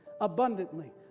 abundantly